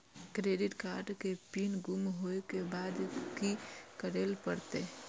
Credit card के PIN गुम होय के बाद की करै ल परतै?